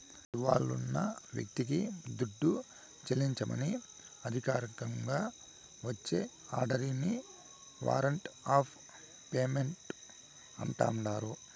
ఇవ్వాలున్న వ్యక్తికి దుడ్డు చెల్లించమని అధికారికంగా వచ్చే ఆర్డరిని వారంట్ ఆఫ్ పేమెంటు అంటాండారు